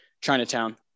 Chinatown